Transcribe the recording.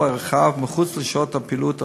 הרחב מחוץ לשעות הפעילות הפורמלית.